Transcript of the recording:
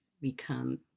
become